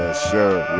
ah sir